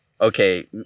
okay